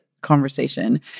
conversation